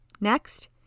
Next